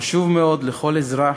חשוב מאוד לכל אזרח,